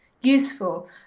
useful